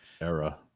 era